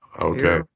okay